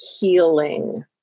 healing